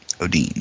Odin